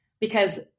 because-